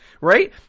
right